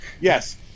Yes